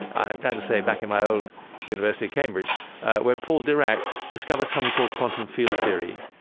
i'm glad to say, back in my old university of cambridge where paul dirac discovered something called quantum field theory.